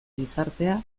gizartea